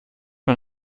man